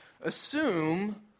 assume